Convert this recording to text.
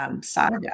saga